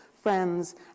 friends